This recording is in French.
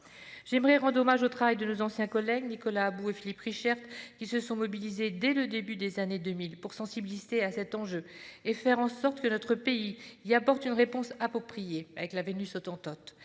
J'aimerais rendre hommage au travail de nos anciens collègues, Nicolas About et Philippe Richert, qui se sont mobilisés dès le début des années 2000 pour nous sensibiliser à cet enjeu et faire en sorte que notre pays y apporte une réponse appropriée, notamment